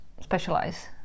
specialize